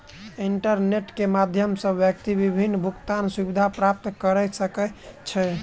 internet के माध्यम सॅ व्यक्ति विभिन्न भुगतान सुविधा प्राप्त कय सकै छै